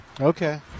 Okay